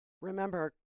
remember